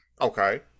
Okay